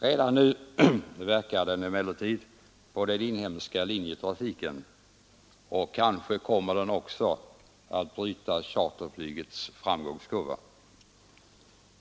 Redan nu verkar den emellertid på vår inhemska linjetrafik, och kanske kommer den också att bryta charterflygets framgångskurva.